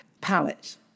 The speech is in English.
palette